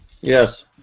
Yes